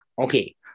okay